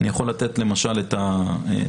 אני יכול לתת למשל את הנתון,